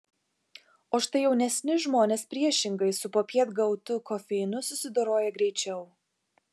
o štai jaunesni žmonės priešingai su popiet gautu kofeinu susidoroja greičiau